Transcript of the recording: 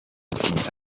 ati